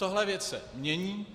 Tahle věc se mění.